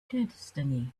destiny